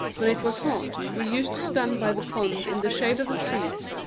when it was hot we used to stand by the pond in the shade of the trees,